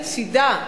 מצדה,